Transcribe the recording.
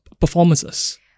performances